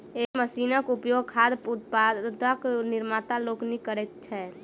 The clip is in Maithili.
एहि मशीनक उपयोग खाद्य उत्पादक निर्माता लोकनि करैत छथि